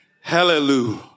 Hallelujah